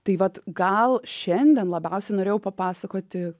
tai vat gal šiandien labiausiai norėjau papasakoti